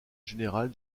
général